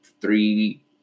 three